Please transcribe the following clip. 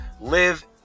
live